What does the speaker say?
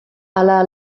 ala